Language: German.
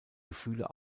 gefühle